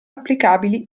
applicabili